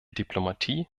diplomatie